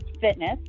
fitness